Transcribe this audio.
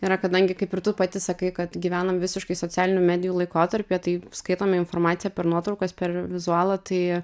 yra kadangi kaip ir tu pati sakai kad gyvenam visiškai socialinių medijų laikotarpyje tai skaitome informaciją per nuotraukas per vizualą tai